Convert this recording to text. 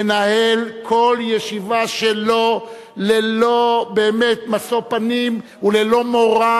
מנהל כל ישיבה שלו ללא משוא פנים וללא מורא